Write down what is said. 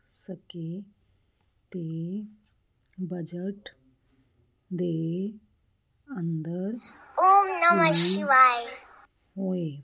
ਸਕੇ ਅਤੇ ਬਜਟ ਦੇ ਅੰਦਰ ਹੋਏ